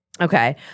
Okay